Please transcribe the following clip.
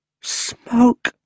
Smoke